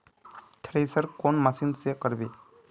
Thresher कौन machine से करबे?